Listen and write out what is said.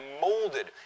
molded